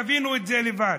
תבינו את זה לבד.